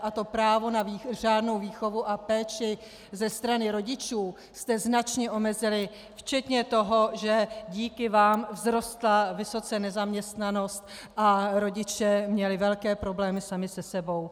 A to právo na řádnou výchovu a péči ze strany rodičů jste značně omezili, včetně toho, že díky vám vysoce vzrostla nezaměstnanost a rodiče měli velké problémy sami se sebou.